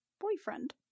boyfriend